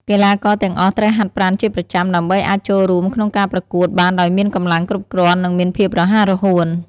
កីឡាករទាំងអស់ត្រូវហាត់ប្រាណជាប្រចាំដើម្បីអាចចូលរួមក្នុងការប្រកួតបានដោយមានកម្លាំងគ្រប់គ្រាន់និងមានភាពរហ័សរហួន។